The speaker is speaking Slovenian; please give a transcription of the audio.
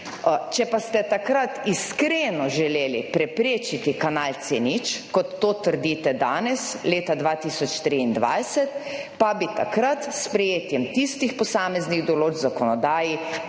Če pa ste takrat iskreno želeli preprečiti kanal C0, kot to trdite danes, leta 2023, pa bi takrat s sprejetjem tistih posameznih določb v zakonodaji